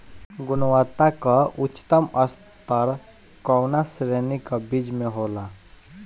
गुणवत्ता क उच्चतम स्तर कउना श्रेणी क बीज मे होला?